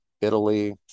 Italy